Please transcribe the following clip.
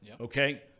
Okay